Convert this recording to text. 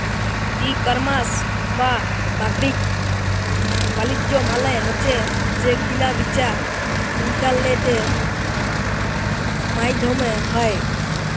ই commerce বা বাদ্দিক বালিজ্য মালে হছে যে কিলা বিচা ইলটারলেটের মাইধ্যমে হ্যয়